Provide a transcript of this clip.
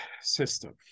system